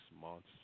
months